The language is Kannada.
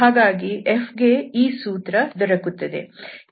ಹಾಗಾಗಿ f ಗೆ ಈ ಸೂತ್ರ ದೊರಕುತ್ತದೆ